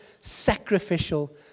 sacrificial